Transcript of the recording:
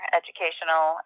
educational